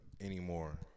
anymore